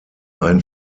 ein